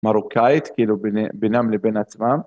מרוקאית, כאילו בינם לבין עצמם.